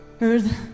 Earth